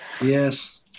yes